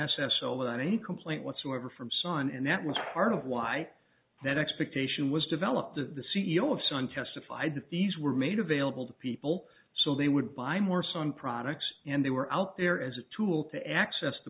s s o without any complaint whatsoever from sun and that was part of why that expectation was developed of the c e o of sun testified that these were made available to people so they would buy more sun products and they were out there as a tool to access the